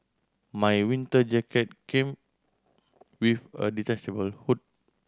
my winter jacket came with a detachable hood